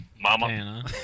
Mama